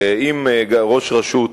ואם ראש רשות